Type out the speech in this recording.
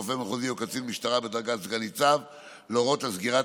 רופא מחוזי או קצין משטרה בדרגת סגן ניצב להורות על סגירת